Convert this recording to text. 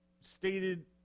stated